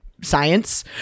science